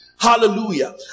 Hallelujah